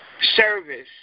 Service